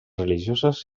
religioses